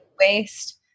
waste